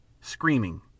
screaming